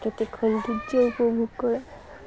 প্ৰাকৃতিক সৌন্দৰ্য্য উপভোগ কৰে